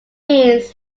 means